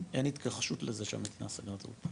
התכחשות לזה שהמדינה סגרה את האולפנים.